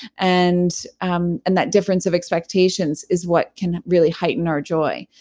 and um and that difference of expectations is what can really heightened our joy.